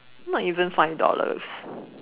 not even five dollars